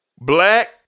Black